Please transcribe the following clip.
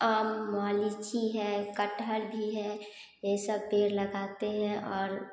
आम हुआ लीची है कटहल भी है ये सब पेड़ लगाते हैं और